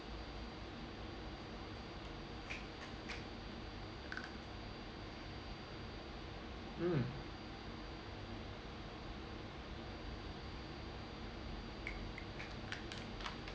mm